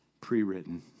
pre-written